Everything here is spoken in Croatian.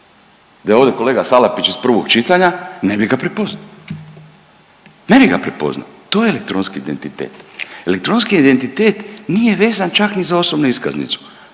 je ovdje kolega Salapić iz prvog čitanja ne bi ga prepoznao, ne bi ga prepoznao, to je elektronski identitet. Elektronski identitet nije vezan čak ni za osobnu iskaznicu.